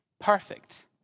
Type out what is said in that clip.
perfect